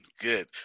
Good